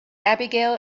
abigail